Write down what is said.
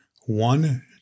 one